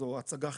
זו הצגה חלקית.